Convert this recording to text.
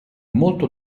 molto